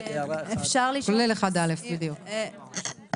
אני מציע שנתקדם ונעשה איזו חשיבה נוספת.